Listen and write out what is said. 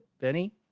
Benny